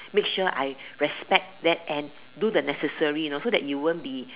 make sure I respect that and do the necessary you know so that you won't be